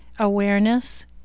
Awareness